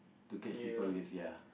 to catch people with ya